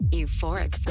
Euphoric